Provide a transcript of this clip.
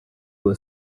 was